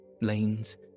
lanes